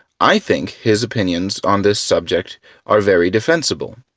i think his opinions on this subject are very defensible,